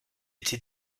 été